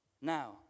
Now